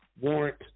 warrant